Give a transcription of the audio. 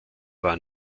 war